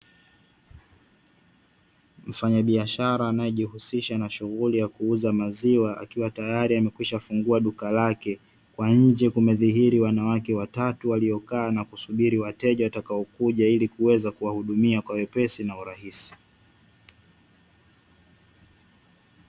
Mfanyabiashara anayejihusisha na shughuli ya kuuza maziwa akiwa tayari amekwishafungua duka lake, kwa nje kumedhihiri wanawake watatu waliokaa na kusubiri wateja watakaokuja ili kuweza kuwahudumia kwa wepesi na urahisi.